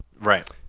Right